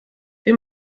wir